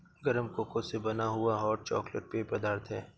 गरम कोको से बना हुआ हॉट चॉकलेट पेय पदार्थ है